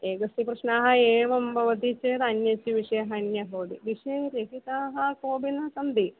एकस्य प्रश्नः एव भवति चेत् अन्यस्य विषयः अन्यः भवति विषये लिखिताः कोऽपि न सन्ति